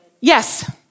Yes